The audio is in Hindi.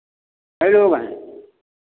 कै लोग हैं